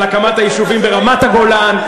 על הקמת היישובים ברמת-הגולן,